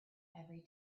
every